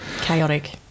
Chaotic